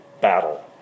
battle